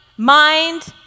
Mind